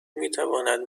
میتواند